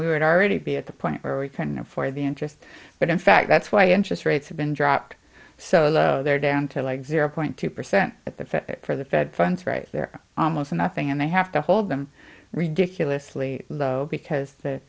were already be at the point where we can afford the interest but in fact that's why interest rates have been dropped so they're down to like zero point two percent at the fed for the fed funds rate they're almost nothing and they have to hold them ridiculous lee because the